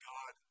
God